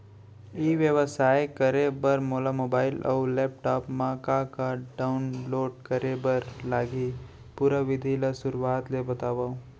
ई व्यवसाय करे बर मोला मोबाइल अऊ लैपटॉप मा का का डाऊनलोड करे बर लागही, पुरा विधि ला शुरुआत ले बतावव?